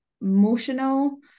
emotional